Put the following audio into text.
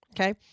Okay